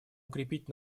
укрепить